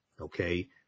okay